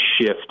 shift